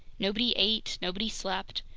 nobody ate, nobody slept.